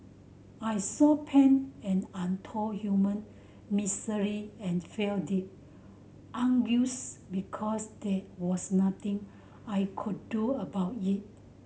I saw pain and untold human misery and felt deep anguish because there was nothing I could do about it